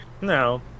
No